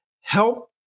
help